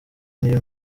niyo